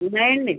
ఉన్నాయి అండి